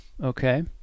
Okay